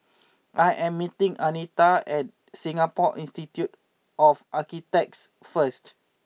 I am meeting Anita at Singapore Institute of Architects first